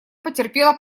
потерпела